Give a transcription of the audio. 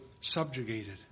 subjugated